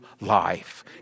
life